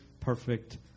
perfect